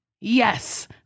Yes